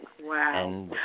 Wow